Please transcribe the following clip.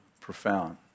profound